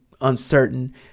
uncertain